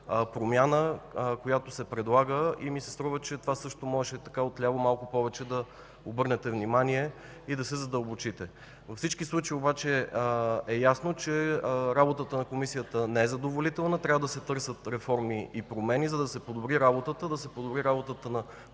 При всички случаи обаче е ясно, че работата на Комисията не е задоволителна, трябва да се търсят реформи и промени, за да се подобри работата на Комисията